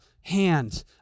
hand